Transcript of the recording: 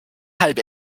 halb